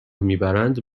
میبرند